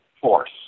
Force